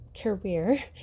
career